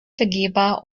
begehbar